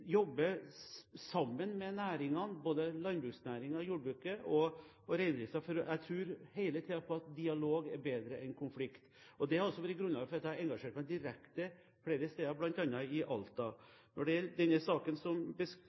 sammen med næringene, både landbruksnæringen og jordbruket og reindriften, for hele tiden tror jeg på at dialog er bedre enn konflikt. Det er altså grunnen til at jeg har engasjert meg direkte flere steder, bl.a. i Alta. Når det gjelder den saken som